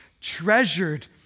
treasured